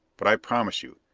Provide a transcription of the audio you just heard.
but i promise you,